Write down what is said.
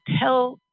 tell